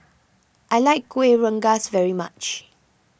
I like Kuih Rengas very much